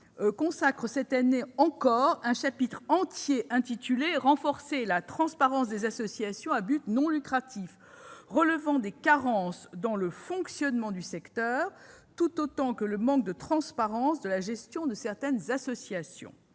contient cette année encore un chapitre entier intitulé « Renforcer la transparence des associations à but non lucratif », relevant des carences dans le fonctionnement du secteur, tout autant que le manque de transparence dans la gestion de certaines associations.